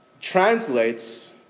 translates